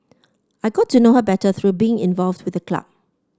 I got to know her better through being involved with the club